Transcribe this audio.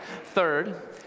Third